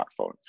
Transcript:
smartphones